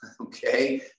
okay